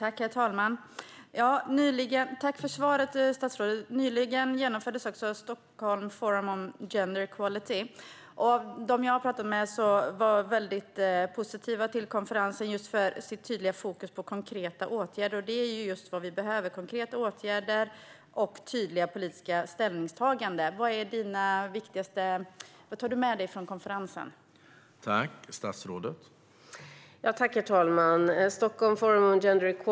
Herr talman! Jag tackar statsrådet för svaret. Nyligen genomfördes Stockholm Forum on Gender Equality. De jag har pratat med var väldigt positiva till konferensen med dess tydliga fokus på konkreta åtgärder. Vad vi behöver är just konkreta åtgärder och tydliga politiska ställningstaganden. Vad tar du med dig från konferensen, statsrådet?